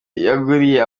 yaguriye